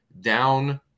down